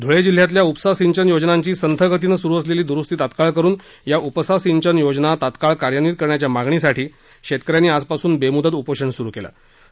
ध्ळे जिल्ह्यातल्या उपसा सिंचन योजनांची संथ गतीनं सुरु असलेली द्रुस्ती तात्काळ करून या उपसा सिंचना योजना तात्काळ कार्यान्वीत करण्याच्या मागणीसाठी शेतकऱयांनी आज पासून बेम्दत उपोषण स्रु केलं आहे